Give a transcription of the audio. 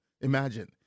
imagine